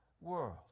world